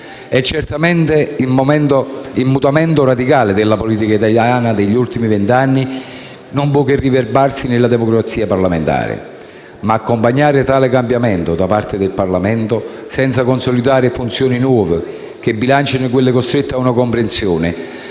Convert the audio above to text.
Certamente il mutamento radicale della politica italiana degli ultimi vent'anni non può che riverberarsi sulla democrazia parlamentare. Tuttavia, accompagnare tale cambiamento da parte del Parlamento senza consolidare funzioni nuove che bilancino quelle costrette a una compressione,